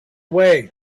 way